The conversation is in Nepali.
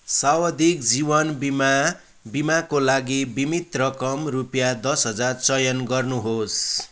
सावधिक जीवन बिमा बिमाको लागि बिमित रकम रुपियाँ दस हजार चयन गर्नुहोस्